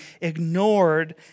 ignored